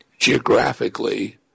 Geographically